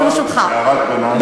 אפשר הערה קטנה?